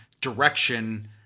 direction